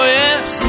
yes